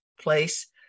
place